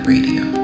Radio